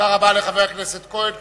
תודה רבה לחבר הכנסת כהן.